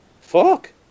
Fuck